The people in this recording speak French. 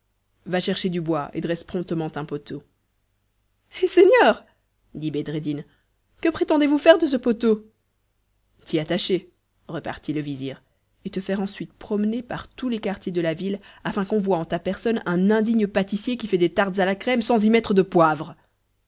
va chercher du bois et dresse promptement un poteau hé seigneur dit bedreddin que prétendez-vous faire de ce poteau t'y attacher repartit le vizir et te faire ensuite promener par tous les quartiers de la ville afin qu'on voie en ta personne un indigne pâtissier qui fait des tartes à la crème sans y mettre de poivre